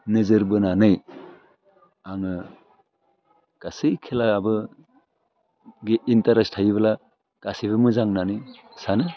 नोजोर बोनानै आङो गासै खेलायावबो बे इन्टारेस्ट थायोब्ला गासैबो मोजां होननानै सानो